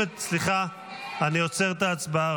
אני עוצר את ההצבעה,